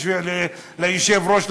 ליושב-ראש,